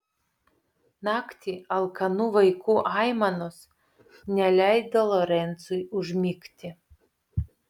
naktį alkanų vaikų aimanos neleido lorencui užmigti